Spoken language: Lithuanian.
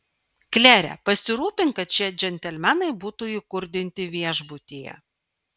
klere pasirūpink kad šie džentelmenai būtų įkurdinti viešbutyje